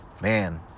man